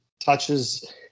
touches